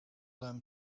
them